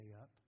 up